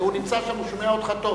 הוא נמצא שם, הוא שומע אותך טוב.